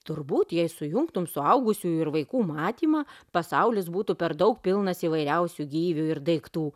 turbūt jei sujungtumei suaugusiųjų ir vaikų matymą pasaulis būtų per daug pilnas įvairiausių gyvių ir daiktų